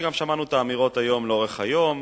וגם שמענו את האמירות לאורך היום,